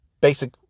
basic